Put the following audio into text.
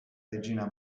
regina